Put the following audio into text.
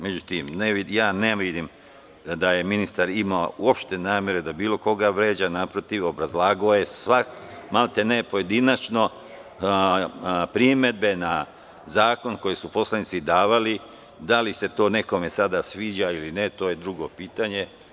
Međutim, ne vidim da je ministar imao uopšte namere da bilo koga vređa, naprotiv obrazlagao je, maltene pojedinačno primedbe na zakon koji su poslanici davali, da li se to nekome sada sviđa ili ne, to je drugo pitanje.